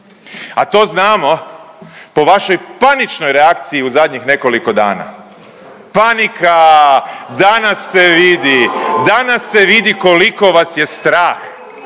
A to znamo po vašoj paničnoj reakciji u zadnjih nekoliko dana. Panika, danas se vidi, danas se vidi koliko vas je strah!